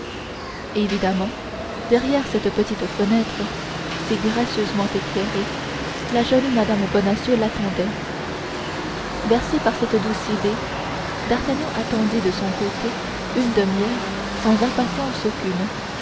évidemment derrière cette petite fenêtre si gracieusement éclairée la jolie mme bonacieux l'attendait bercé par cette douce idée d'artagnan attendit de son côté une demi-heure sans impatience aucune